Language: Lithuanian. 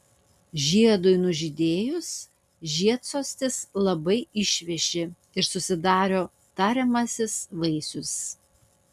žiedui nužydėjus žiedsostis labai išveši ir susidaro tariamasis vaisius